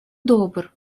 добр